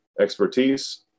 expertise